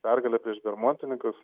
pergalė prieš bermontininkus